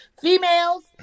Females